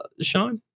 Sean